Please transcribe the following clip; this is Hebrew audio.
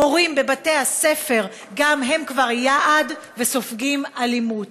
מורים בבתי הספר, גם הם כבר יעד וסופגים אלימות.